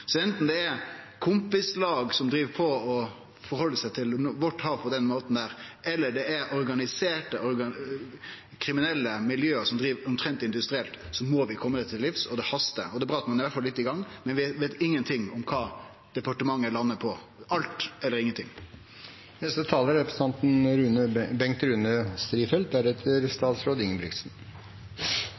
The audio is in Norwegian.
det er kompislag som bruker havet vårt på den måten, eller det er organiserte kriminelle miljø som driver omtrent på industrielt vis, må vi kome dette livs, og det hastar. Det er bra at ein i alle fall er litt i gang, men vi veit ingenting om kva departementet landar på: alt eller ingenting.